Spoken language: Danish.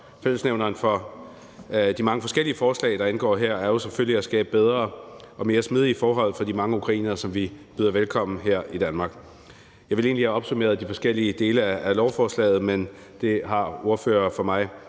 Fællesnævneren for de mange forskellige forslag, der indgår, er selvfølgelig at skabe bedre og mere smidige forhold for de mange ukrainere, som vi byder velkommen her i Danmark. Jeg ville egentlig have opsummeret de forskellige dele af lovforslaget, men det har ordførere før mig